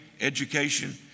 education